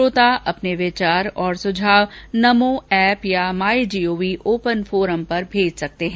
श्रोता अपने विचार और सुझाव नमो एप या माई जीओवी ओपन फोरम पर भेज सकते हैं